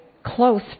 close